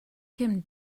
kim